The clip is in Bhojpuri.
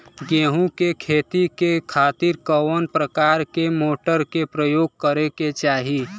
गेहूँ के खेती के खातिर कवना प्रकार के मोटर के प्रयोग करे के चाही?